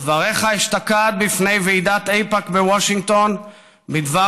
דבריך אשתקד בפני ועידת איפא"ק בוושינגטון בדבר